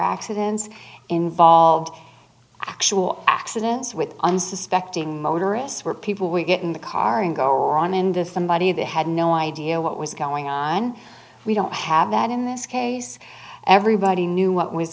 accidents involved actual accidents with unsuspecting motorists where people will get in the car and go around in this somebody that had no idea what was going on we don't have that in this case everybody knew what was